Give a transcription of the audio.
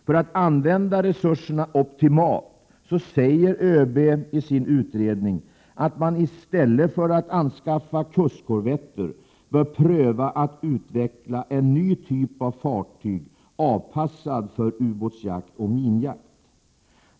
För att använda resurserna optimalt, säger ÖB i sin utredning, bör man i stället för att anskaffa kustkorvetter pröva att utveckla en ny typ av fartyg, avpassad för ubåtsjakt och minjakt.